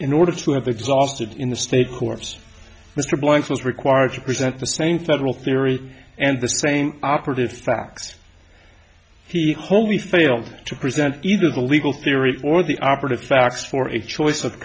in order to have exhausted in the state courts mr blank's was required to present the same federal theory and the same operative facts he wholly failed to present either the legal theory or the operative facts for a choice of